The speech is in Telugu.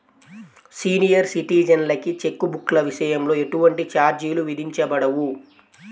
సీనియర్ సిటిజన్లకి చెక్ బుక్ల విషయంలో ఎటువంటి ఛార్జీలు విధించబడవు